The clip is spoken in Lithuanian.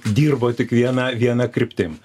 dirbo tik viena viena kryptim